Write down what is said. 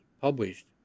published